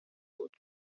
بود